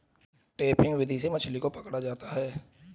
trapping विधि से मछली को पकड़ा होता है